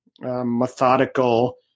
methodical